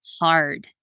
hard